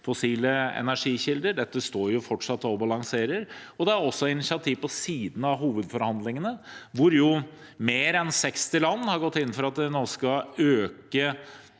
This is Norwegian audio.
fossile energikilder. Dette står fortsatt og balanserer, og det er også initiativ på siden av hovedforhandlingene hvor mer enn 60 land har gått inn for at man nå skal øke